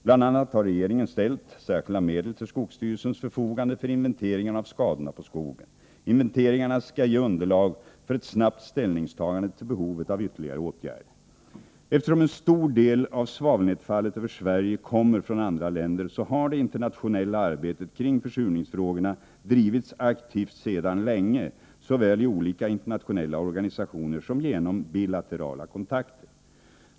Bl.a. har regeringen ställt särskilda medel till skogsstyrelsens förfogande för inventeringen av skadorna på skogen. Inventeringarna skall ge underlag för ett snabbt ställningstagande till behovet av ytterligare åtgärder. Eftersom en stor del av svavelnedfallet över Sverige kommer från andra länder har det internationella arbetet kring försurningsfrågorna drivits aktivt sedan länge, såväl i olika internationella organisationer som genom bilaterala kontakter.